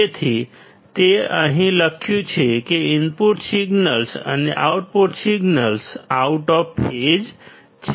તેથી તે અહીં લખ્યું છે કે ઇનપુટ સિગ્નલ્સ અને output signals out of phase છે